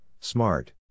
smart